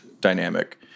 dynamic